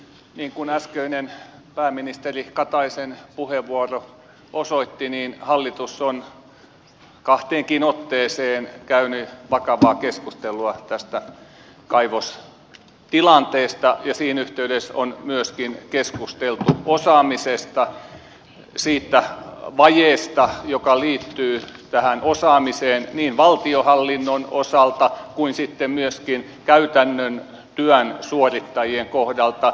niin kuin äskeinen pääministeri kataisen puheenvuoro osoitti hallitus on kahteenkin otteeseen käynyt vakavaa keskustelua tästä kaivostilanteesta ja siinä yhteydessä on myöskin keskusteltu osaamisesta siitä vajeesta joka liittyy tähän osaamiseen niin valtionhallinnon osalta kuin sitten myöskin käytännön työn suorittajien kohdalta